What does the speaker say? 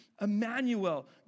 Emmanuel